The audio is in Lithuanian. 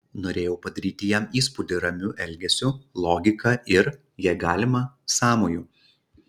norėjau padaryti jam įspūdį ramiu elgesiu logika ir jei galima sąmoju